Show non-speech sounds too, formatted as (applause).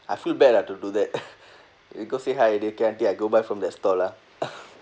I feel bad lah to do that (laughs) you go say hi already okay auntie I go buy from that stall ah (laughs)